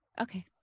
Okay